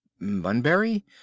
bunbury